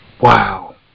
Wow